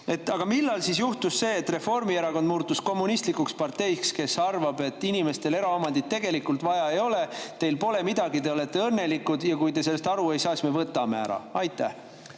Aga millal juhtus see, et Reformierakond muutus kommunistlikuks parteiks, kes arvab, et inimestel eraomandit tegelikult vaja ei ole, et kui teil pole midagi, siis te olete õnnelikud, ja kui te sellest aru ei saa, siis me võtame [teilt